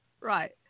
right